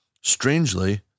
Strangely